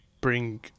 bring